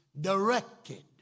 directed